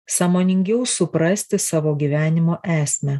sąmoningiau suprasti savo gyvenimo esmę